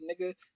nigga